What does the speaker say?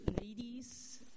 Ladies